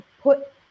put –